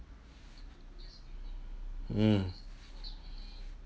mm